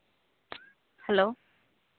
hello